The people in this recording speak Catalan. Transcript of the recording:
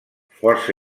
força